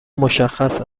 مشخص